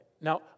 Now